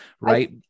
right